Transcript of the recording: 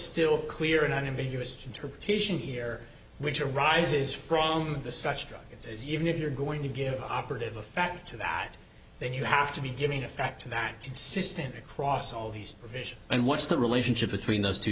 still clear and unambiguous interpretation here which arises from this such as even if you're going to give operative a fact that then you have to be giving a fact that consistent across all these and what's the relationship between those two